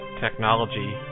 technology